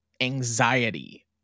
anxiety